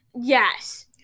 yes